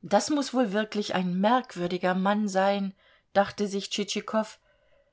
das muß wohl wirklich ein merkwürdiger mann sein dachte sich tschitschikow